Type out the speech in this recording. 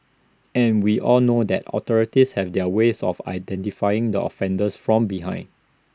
and we all know that authorities have their ways of identifying the offenders from behind